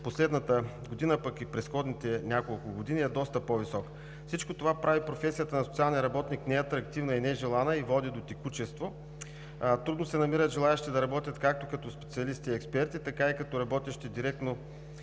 последната година, пък и в предходните няколко години, е доста по-висок. Всичко това прави професията на социалния работник неатрактивна и нежелана и води до текучество, трудно се намират желаещи да работят както като специалисти и експерти, така и като работещи директно